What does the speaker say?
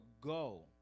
go